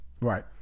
right